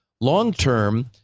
long-term